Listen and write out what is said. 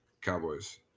Cowboys